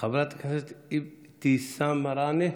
חברת הכנסת אבתיסאם מראענה,